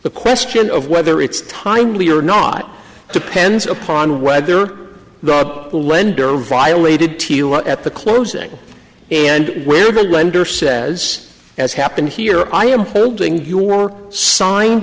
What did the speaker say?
the question of whether it's timely or not depends upon whether the lender violated to you at the closing and where the lender says as happened here i am holding your signed